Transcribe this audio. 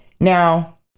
Now